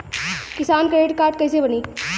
किसान credit card कइसे बानी?